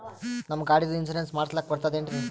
ನಮ್ಮ ಗಾಡಿದು ಇನ್ಸೂರೆನ್ಸ್ ಮಾಡಸ್ಲಾಕ ಬರ್ತದೇನ್ರಿ?